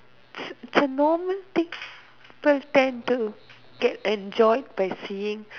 it's a normal thing people tend to get enjoyed by seeing